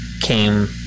came